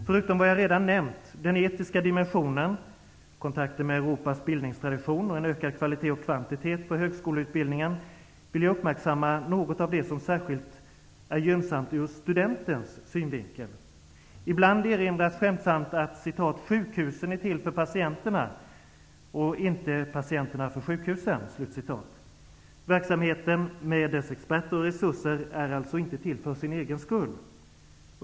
Förutom vad jag redan nämnt -- den etiska dimensionen, kontakten med Europas bildningstradition och den ökade kvaliteten och kvantiteten beträffande högskoleutbildningen -- vill jag också uppmärksamma något av det som är särskilt gynnsamt ur studentens synvinkel. Ibland erinras det skämtsamt att ''sjukhusen är till för patienterna, inte patienterna för sjukhusen''. Verksamheten med sina experter och resurser är alltså till för sin egen skull.